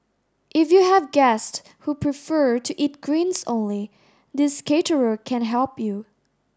if you have guest who prefer to eat greens only this caterer can help you